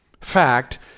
fact